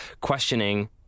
questioning